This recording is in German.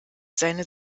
seine